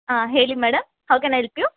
ಹಾಂ ಹೇಳಿ madam how can I help you